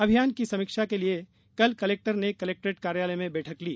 अभियान की समीक्षा के लिए कल कलेक्टर ने कलेक्ट्रेट कार्यालय में बैठक ली